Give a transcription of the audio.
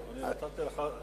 יש לך זמן.